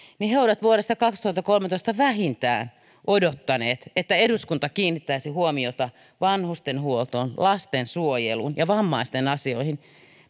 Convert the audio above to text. ovat vähintään vuodesta kaksituhattakolmetoista odottaneet että eduskunta kiinnittäisi huomiota vanhustenhuoltoon lastensuojeluun ja vammaisten asioihin